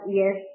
yes